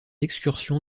excursion